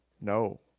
No